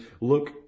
look